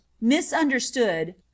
misunderstood